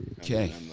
Okay